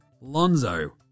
Lonzo